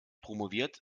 promoviert